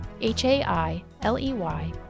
H-A-I-L-E-Y